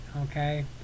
Okay